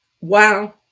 Wow